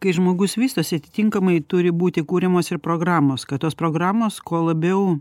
kai žmogus vystosi atitinkamai turi būti kuriamos ir programos kad tos programos kuo labiau